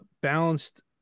balanced